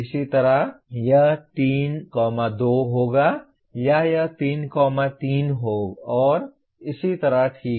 इसी तरह यह 3 2 होगा या यह 3 3 और इसी तरह ठीक है